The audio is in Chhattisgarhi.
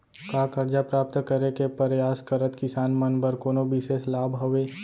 का करजा प्राप्त करे के परयास करत किसान मन बर कोनो बिशेष लाभ हवे?